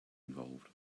involved